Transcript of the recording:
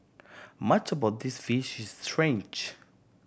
much about this fish is strange